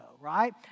right